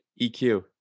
EQ